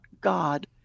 God